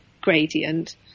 gradient